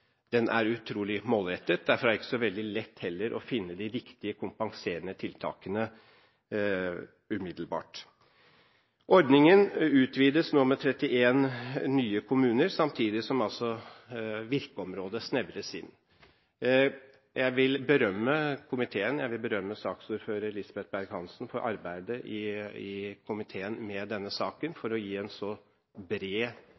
den ordningen vi har hatt til nå, og som for så vidt skal virke på en del områder fortsatt, er utrolig målrettet. Derfor er det heller ikke veldig lett å finne de riktige kompenserende tiltakene umiddelbart. Ordningen utvides nå med 31 nye kommuner samtidig som virkeområdet snevres inn. Jeg vil berømme komiteen. Jeg vil berømme saksordfører Lisbeth Berg-Hansen for arbeidet i komiteen